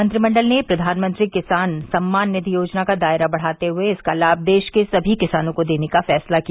मंत्रिमंडल ने प्रधानमंत्री किसान सम्मान निधि योजना का दायरा बढ़ाते हुए इसका लाम देश के सभी किसानों को देने का फैसला किया